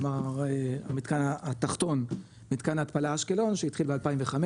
כלומר המתקן התחתון מתקן ההתפלה אשקלון שהתחיל ב-2005